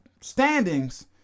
standings